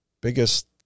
biggest